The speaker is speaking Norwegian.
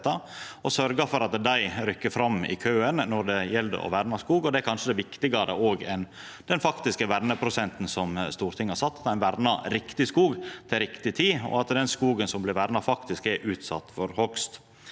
og sørgjer for at dei rykkjer fram i køen når det gjeld å verna skog. Det er kanskje òg viktigare enn den faktiske verneprosenten som Stortinget har sett, at ein vernar riktig skog til riktig tid, og at den skogen som blir verna, faktisk er utsett for hogst.